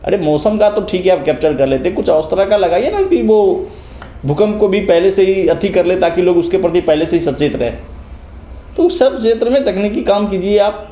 अरे मौसम का तो ठीक है हम कैप्चर कर लेते हैं कुछ उस तरह का लगाइए ना कि वो भूकंप को भी पहले से ही अथि कर ले ताकि लोग उसके प्रति पहले से ही सचेत रहें तो सब क्षेत्र में तकनीकी काम कीजिए आप